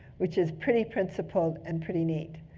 which is pretty principled and pretty neat.